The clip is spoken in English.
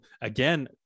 again